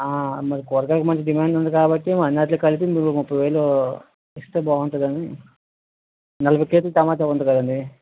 మరి కూరగాయలకు మంచి డిమాండ్ ఉంది కాబట్టి అన్నిటిలకి కలిపి మీరొక ముప్పై వేలు ఇస్తే బాగుంటుందని నలభై కేజీలు టమాటా ఉంది కదండి